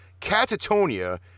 Catatonia